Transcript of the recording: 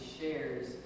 shares